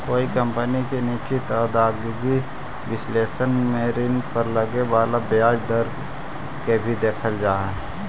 कोई कंपनी के निश्चित आदाएगी विश्लेषण में ऋण पर लगे वाला ब्याज दर के भी देखल जा हई